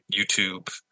YouTube